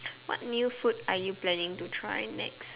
what new food are you planning to try next